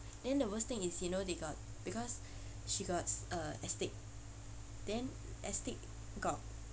then the worst thing is you know they got because she got uh astig then astig got